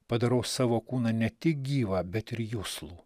padarau savo kūną ne tik gyvą bet ir juslų